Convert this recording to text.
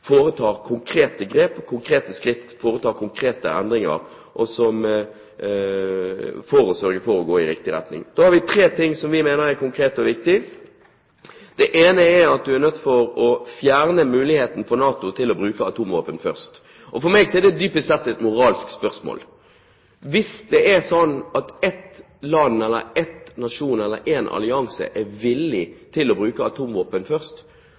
foretar konkrete grep, tar konkrete skritt og foretar konkrete endringer for å sørge for å gå i riktig retning. Vi har tre ting som vi mener er konkrete og viktige. Det ene er at man er nødt til å fjerne muligheten for NATO til å bruke atomvåpen først. For meg er det, dypest sett, et moralsk spørsmål. Hvis det er slik at et land, en nasjon eller en allianse er villig til å bruke atomvåpen først,